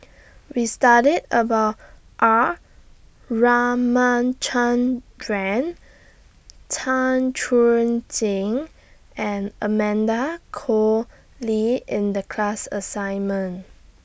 We studied about R Ramachandran Tan Chuan Jin and Amanda Koe Lee in The class assignment